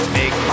make